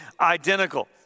identical